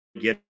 get